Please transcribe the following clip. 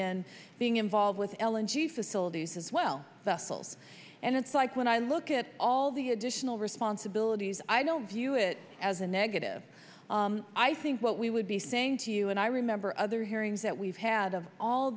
and being involved with elegy facilities as well the full and it's like when i look at all the additional responsibilities i don't view it as a negative i think what we would be saying to you and i remember other hearings that we've had of all